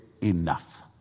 enough